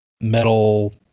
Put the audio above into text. metal